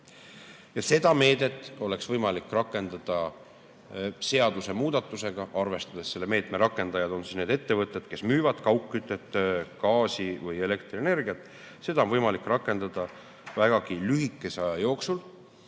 Seda meedet oleks võimalik rakendada seadusemuudatusega, arvestades, et selle meetme rakendajad on need ettevõtted, kes müüvad kaugkütet, gaasi või elektrienergiat. Seda on võimalik rakendada vägagi lühikese aja jooksul.